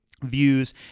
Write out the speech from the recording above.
views